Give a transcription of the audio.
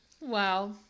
Wow